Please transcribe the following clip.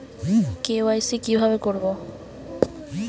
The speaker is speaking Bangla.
কে.ওয়াই.সি কিভাবে করব?